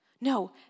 No